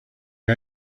you